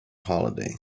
holiday